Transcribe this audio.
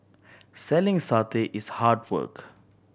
selling satay is hard work